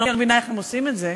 אני לא מבינה איך הם עושים את זה.